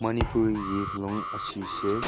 ꯃꯅꯤꯄꯨꯔꯤꯒꯤ ꯂꯣꯟ ꯑꯁꯤꯁꯦ